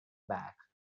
back